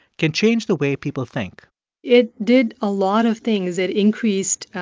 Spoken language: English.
can change the way people think it did a lot of things. it increased,